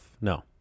no